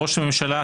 ראש הממשלה,